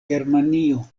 germanio